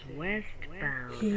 westbound